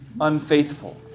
unfaithful